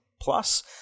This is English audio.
Plus